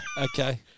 okay